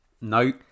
No